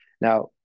now